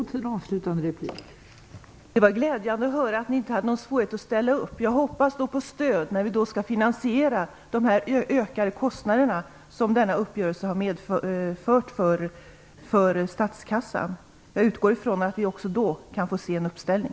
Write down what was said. Fru talman! Det var glädjande att höra att ni inte har någon svårighet att ställa upp. Jag hoppas då på stöd när vi skall finansiera de ökade kostnader som denna uppgörelse har medfört för statskassan. Jag utgår ifrån att vi också då kan få se en uppställning.